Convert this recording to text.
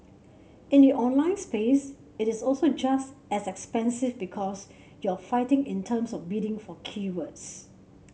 in the online space it is also just as expensive because you're fighting in terms of bidding for keywords